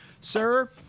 Sir